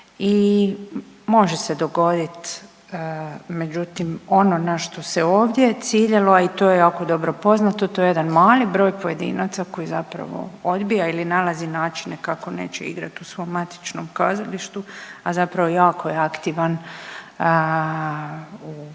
i može se dogodi, međutim ono na što se ovdje ciljalo i to je jako dobro poznato, to je jedan mali broj pojedinaca koji zapravo odbija ili nalazi načine kako neće igrati u svom matičnom kazalištu, a zapravo jako je aktivan u drugim